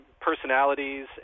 personalities